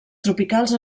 tropicals